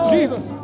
Jesus